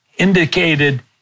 Indicated